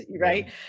right